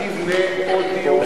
תבנה עוד דיור ציבורי.